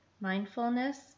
Mindfulness